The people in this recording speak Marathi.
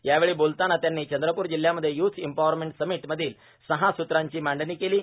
यावेळी बोलताना त्यांनी चंद्रपूर जिल्ह्यामध्ये युथ एम्पॉवरमट सामट मधील सहा सूत्रांची मांडणी केलां